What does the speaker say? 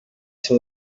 too